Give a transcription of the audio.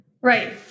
Right